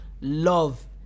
love